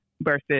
versus